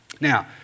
Now